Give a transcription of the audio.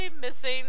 missing